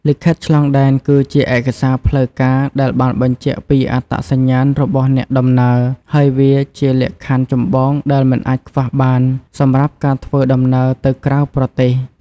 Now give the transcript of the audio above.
លិខិតឆ្លងដែនគឺជាឯកសារផ្លូវការដែលបានបញ្ជាក់ពីអត្តសញ្ញាណរបស់អ្នកដំណើរ ហើយវាជាលក្ខខណ្ឌចម្បងដែលមិនអាចខ្វះបានសម្រាប់ការធ្វើដំណើរទៅក្រៅប្រទេស។